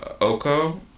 Oko